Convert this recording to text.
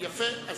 יפה.